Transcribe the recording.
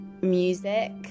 music